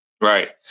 Right